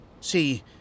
See